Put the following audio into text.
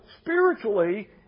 spiritually